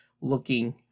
looking